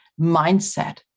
mindset